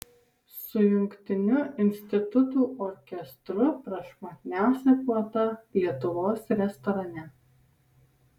su jungtiniu institutų orkestru prašmatniausia puota lietuvos restorane